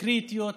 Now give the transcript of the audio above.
קריטיות,